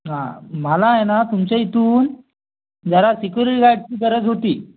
हां मला आहे ना तुमच्या इथून जरा सिक्युरिटी गार्डची गरज होती